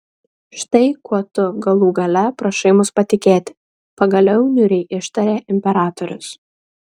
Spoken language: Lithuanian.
štai kuo tu galų gale prašai mus patikėti pagaliau niūriai ištarė imperatorius